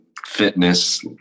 fitness